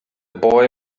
boy